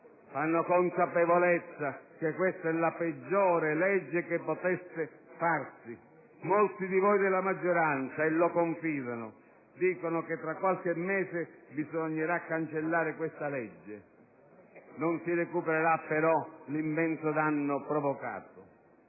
hanno consapevolezza che questa è la peggiore legge che si potesse fare. Molti di voi della maggioranza, e lo confidano, dicono che fra qualche mese bisognerà cancellare questa legge. Non si recupererà, però, l'immenso danno provocato.